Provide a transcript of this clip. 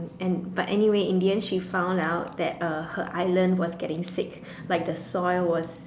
and but anyway in the end she found out that uh her island was getting sick like the soil was